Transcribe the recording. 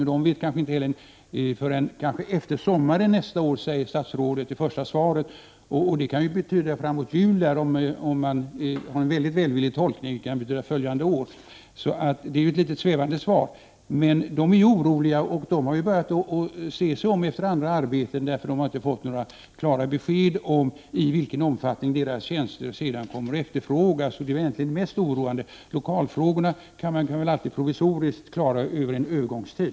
I frågesvaret talar statsrådet om besked efter sommaren nästa år. Det kan betyda framåt jul — med en väldigt välvillig tolkning kan det betyda följande år. Så det är ett litet svävande svar. Personalen är orolig och har börjat se sig om efter andra arbeten, eftersom det inte har givits några klara besked om i vilken omfattning deras tjänster sedan kommer att efterfrågas. Det är egentligen det mest oroande. Lokalfrågorna kan man väl alltid klara provisoriskt under en övergångstid.